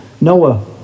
Noah